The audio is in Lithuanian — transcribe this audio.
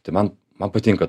tai man man patinka